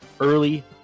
early